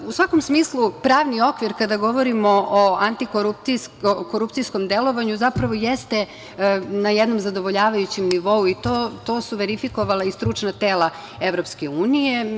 U svakom smislu, pravni okvir kada govorimo o antikorupcijskom delovanju zapravo jeste na jednom zadovoljavajućem nivou, a to su verifikovala i stručna tela Evropske unije.